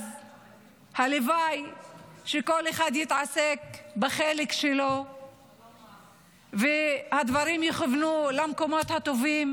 אז הלוואי שכל אחד יתעסק בחלק שלו והדברים יכוונו למקומות הטובים,